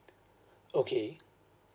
okay